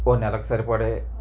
ఒక నెలకి సరిపడే